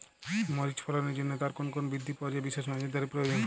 মরিচ ফলনের জন্য তার কোন কোন বৃদ্ধি পর্যায়ে বিশেষ নজরদারি প্রয়োজন?